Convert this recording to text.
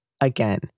Again